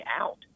out